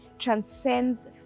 transcends